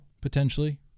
potentially